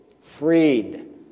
freed